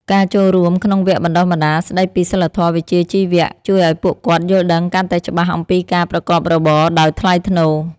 ការចូលរួមក្នុងវគ្គបណ្ដុះបណ្ដាលស្ដីពីសីលធម៌វិជ្ជាជីវៈជួយឱ្យពួកគាត់យល់ដឹងកាន់តែច្បាស់អំពីការប្រកបរបរដោយថ្លៃថ្នូរ។